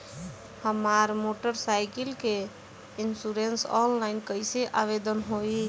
हमार motorcycle के insurance online कईसे आवेदन होई?